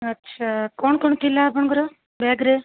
ଆଚ୍ଛା କ'ଣ କ'ଣ ଥିଲା ଆପଣଙ୍କର ବ୍ୟାଗ୍ରେ